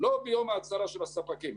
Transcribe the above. לא ביום ההצהרה של הספקים.